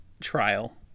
trial